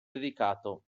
dedicato